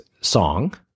song